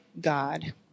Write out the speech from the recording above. God